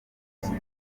rw’abo